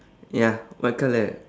ya what colour